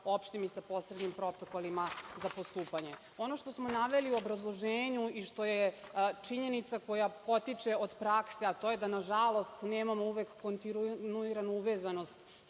opštim i posebnim protokolima za postupanje. Ono što smo naveli u obrazloženju i što je činjenica koja potiče od prakse, to je da nažalost nemamo uvek kontinuiranu uvezanost